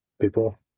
people